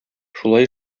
шулай